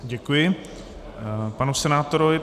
Děkuji panu senátorovi.